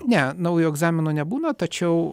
ne naujo egzamino nebūna tačiau